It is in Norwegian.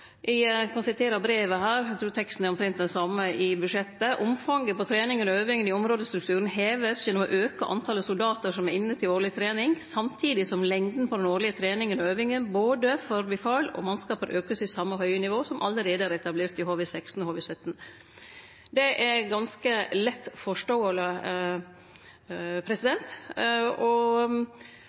eg kan sitere frå brevet her, eg trur teksten er omtrent den same i budsjettet: «Omfanget på trening og øving i områdestrukturen heves gjennom å øke antallet soldater som er inne til årlig trening, samtidig som lengden på den årlige øvingen og treningen for både befal og mannskaper økes til samme høye nivå som allerede er etablert i HV-16 og HV-17.» Det er ganske lett forståeleg,